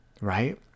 right